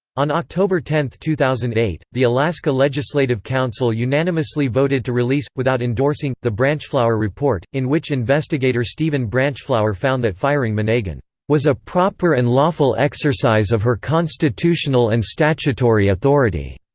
on october ten, two thousand and eight, the alaska legislative council unanimously voted to release, without endorsing, the branchflower report, in which investigator stephen branchflower found that firing monegan was a proper and lawful exercise of her constitutional and statutory authority,